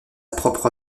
propre